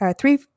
three